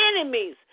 enemies